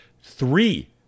three